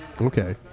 Okay